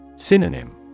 Synonym